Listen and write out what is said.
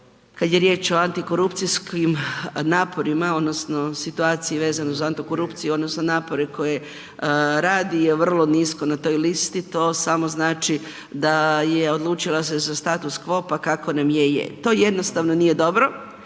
kad je riječ o antikorupcijskim naporima odnosno situaciji vezano uz Anti korupciju odnosno napore koje radi je vrlo nisko na toj listi, to samo znači da je odlučila se za status quo, pa kako nam je je. To jednostavno nije dobro,